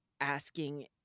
asking